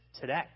today